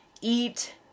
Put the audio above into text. eat